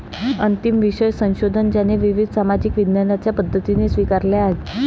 अंतिम विषय संशोधन ज्याने विविध सामाजिक विज्ञानांच्या पद्धती स्वीकारल्या आहेत